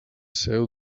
seu